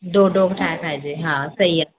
ॾोढो ठाहे खाइजांइ हा सही आहे